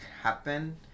happen